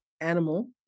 animal